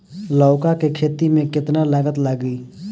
लौका के खेती में केतना लागत लागी?